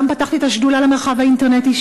גם פתחתי את השדולה למרחב האינטרנטי,